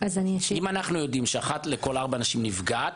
אם אנחנו יודעים שאחת מכל ארבע נשים נפגעת,